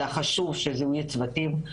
אלא חשוב שיהיו צוותים,